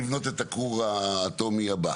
הולכים לבנות את הכור האטומי הבא.